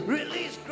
Release